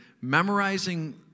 memorizing